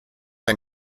ein